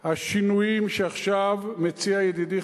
השינויים שעכשיו מציע ידידי,